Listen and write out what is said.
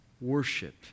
Worship